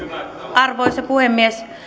arvoisa puhemies